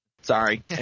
Sorry